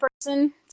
person